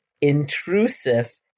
intrusive